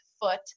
foot